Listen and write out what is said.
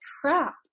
crap